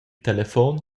telefon